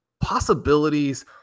possibilities